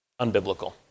unbiblical